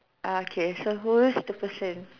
uh okay so who's the person